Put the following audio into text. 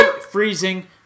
freezing